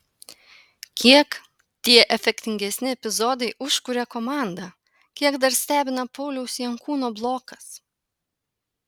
kiek tie efektingesni epizodai užkuria komandą kiek dar stebina pauliaus jankūno blokas